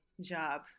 job